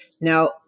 Now